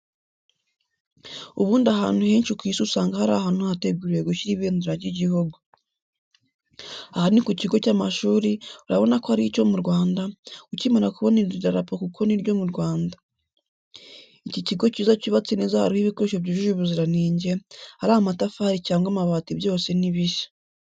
Ubundi ahantu henshi ku isi usanga hari ahantu hateguriwe gushyira ibendera ry'igihugu. Aha ni ku kigo cy'amashuri, urabona ko ari cyo mu Rwanda, ukimara kubona iri darapo kuko n'iryo mu Rwanda. Ni ikigo cyiza cyubatse neza hariho ibikoresho byujuje ubuziranenge, ari amatafari cyangwa amabati byose ni bishya.